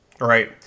Right